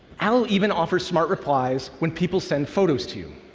allo even offers smart replies when people send photos to